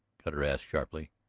cutter asked sharply.